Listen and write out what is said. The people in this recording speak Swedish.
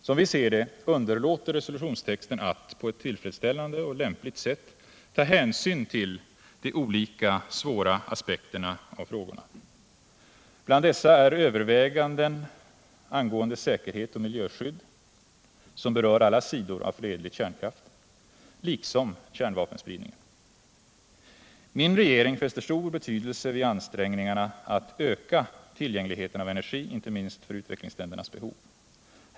Som vi ser det underlåter resolutionstexten att — på ett tillfredsställande och lämpligt sätt — ta hänsyn till de olika svåra aspekterna av frågorna. Bland dessa är överväganden angående säkerhet och miljöskydd, som berör alla sidor av fredlig kärnkraft, liksom kärnvapenspridningen. Min regering fäster stor betydelse vid ansträngningarna att öka tillgängligheten av energi, inte minst för utvecklingsländernas behov.